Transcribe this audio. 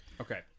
Okay